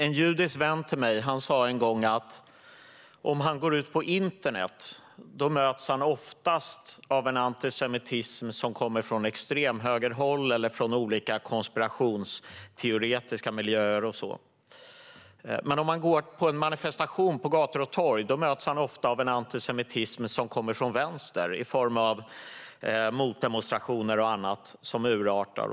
En judisk vän sa en gång till mig att om han går ut på internet möts han oftast av en antisemitism från extremhögerhåll eller olika konspirationsteoretiska miljöer. Men om han går på en manifestation på gator och torg möts han ofta av en antisemitism från vänstern, i form av motdemonstrationer och annat som urartar.